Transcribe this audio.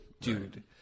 dude